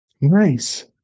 Nice